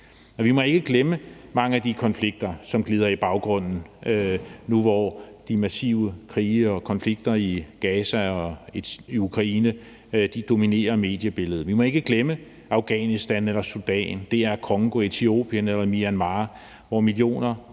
Vi må ikke glemme mange af de konflikter, som glider i baggrunden nu, hvor de massive krige og konflikter i Gaza og i Ukraine dominerer mediebilledet. Vi må ikke glemme Afghanistan eller Sudan, DR-Congo, Etiopien eller Myanmar, hvor millioner